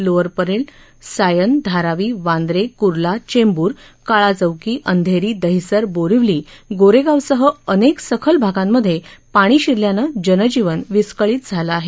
लोअरपरळ सायन धारावी वांद्रे कुर्ला चेंबूर काळाचौकी अंधेरी दहिसर बोरीवली गोरेगावसंह अनेक सखल भागांमध्ये पाणी शिरल्यानं जनजीवन विस्कळीत झालं आहे